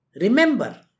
Remember